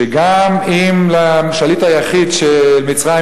שגם אם השליט היחיד של מצרים,